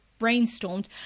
brainstormed